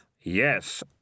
Yes